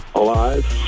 alive